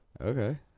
Okay